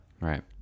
right